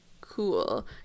cool